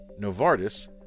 Novartis